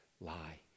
lie